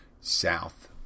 south